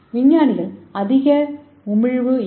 விஞ்ஞானிகள் அதிக உமிழ்வு எல்